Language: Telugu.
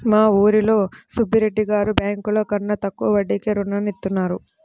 మా ఊరిలో సుబ్బిరెడ్డి గారు బ్యేంకుల కన్నా తక్కువ వడ్డీకే రుణాలనిత్తారు